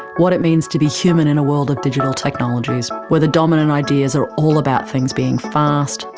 what it means to be human and a world of digital technologies, where the dominant ideas are all about things being fast,